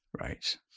Right